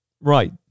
Right